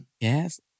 Yes